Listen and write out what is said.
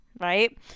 right